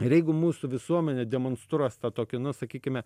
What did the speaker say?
ir jeigu mūsų visuomenė demonstruos tą tokį nu sakykime